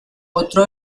otro